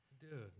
Dude